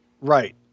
right